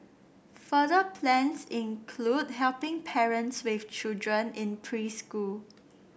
further plans include helping parents with children in preschool